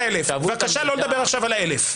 1,000. בבקשה לא לדבר עכשיו על ה-1,000,